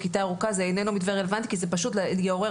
כיתה ירוקה זה איננו מתווה רלוונטי כי זה פשוט יעורר